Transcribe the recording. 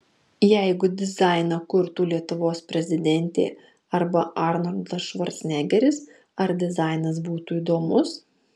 jeigu dizainą kurtų lietuvos prezidentė arba arnoldas švarcnegeris ar dizainas būtų įdomus